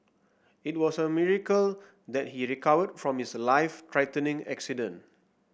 it was a miracle that he recovered from his life threatening accident